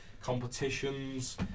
competitions